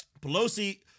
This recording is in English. Pelosi